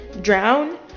drown